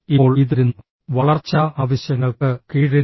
ഇപ്പോൾ ഇത് വരുന്നു വളർച്ചാ ആവശ്യങ്ങൾക്ക് കീഴിൽ